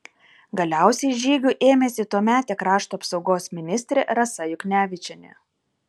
galiausiai žygių ėmėsi tuometė krašto apsaugos ministrė rasa juknevičienė